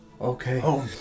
Okay